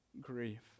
grief